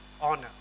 honor